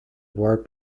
war